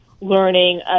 learning